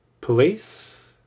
police